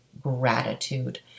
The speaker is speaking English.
Gratitude